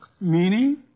Meaning